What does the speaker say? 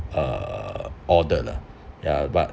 uh order lah ya but